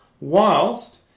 Whilst